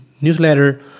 newsletter